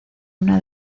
una